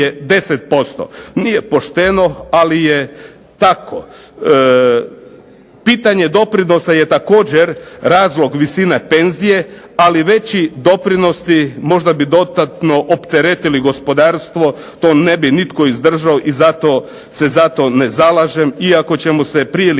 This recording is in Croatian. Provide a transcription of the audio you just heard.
10%. Nije pošteno, ali je tako. Pitanje doprinosa je također razlog visine penzije, ali veći doprinosi možda bi dodatno opteretili gospodarstvo. To ne bi nitko izdržao i zato se za to ne zalažem, iako ćemo se prije ili